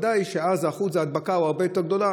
בוודאי שאז אחוז ההדבקה הוא הרבה יותר גדול.